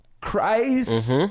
Christ